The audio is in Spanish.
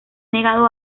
negado